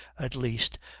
at least,